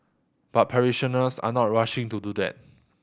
but parishioners are not rushing to do that